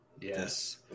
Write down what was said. Yes